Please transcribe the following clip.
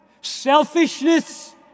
Selfishness